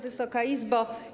Wysoka Izbo!